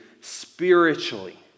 spiritually